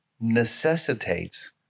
necessitates